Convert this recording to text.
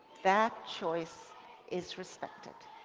that choice is respected,